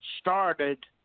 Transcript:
started